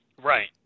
Right